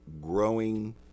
growing